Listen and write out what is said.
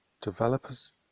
developers